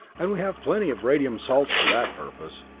and we have plenty of radium salts for that purpose.